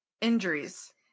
injuries